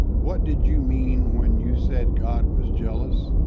what did you mean when you said god was jealous?